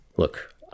Look